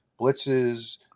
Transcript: blitzes